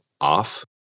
off